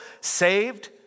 saved